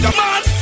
man